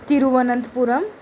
Thiruvananthapuram